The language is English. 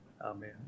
Amen